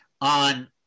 On